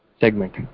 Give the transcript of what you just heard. segment